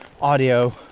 audio